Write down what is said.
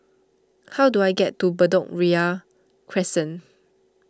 how do I get to Bedok Ria Crescent